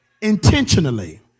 Intentionally